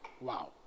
Wow